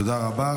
תודה רבה.